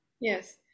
Yes